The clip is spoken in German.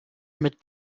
mit